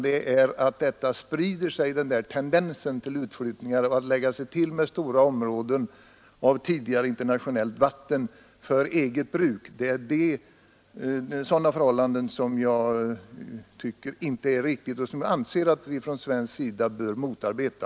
Det är det förhållandet att tendensen att lägga sig till med stora områden av tidigare internationellt vatten för eget bruk sprider sig som jag inte tycker är riktigt och som jag anser att vi från svensk sida bör motarbeta.